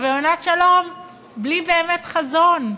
אבל יונת שלום בלי באמת חזון,